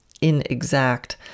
inexact